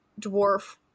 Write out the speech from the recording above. dwarf